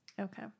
Okay